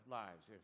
lives